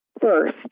first